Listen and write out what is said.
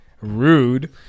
Rude